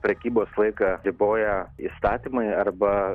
prekybos laiką riboja įstatymai arba